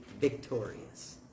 victorious